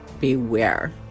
beware